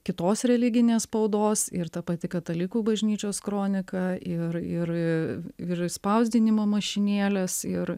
kitos religinės spaudos ir ta pati katalikų bažnyčios kronika ir ir ir spausdinimo mašinėlės ir